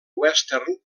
western